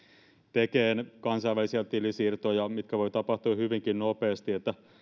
tekemään kansainvälisiä tilisiirtoja mitkä voivat tapahtua hyvinkin nopeasti